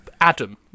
Adam